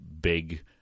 big